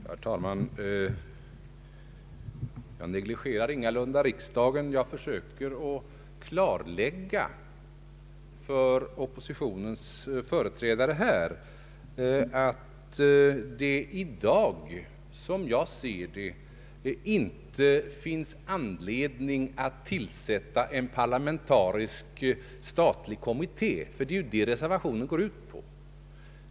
Herr talman! Jag negligerar ingalunda riksdagen. Jag försöker klarlägga för oppositionens företrädare att det i dag, som jag ser det, inte finns anledning att tillsätta en parlamentarisk statlig kommitté, vilket ju är vad reservationen går ut på.